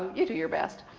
you do your best.